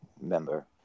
member